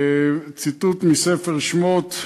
ציטוט מספר שמות,